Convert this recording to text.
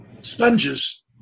Sponges